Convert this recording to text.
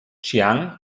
chiang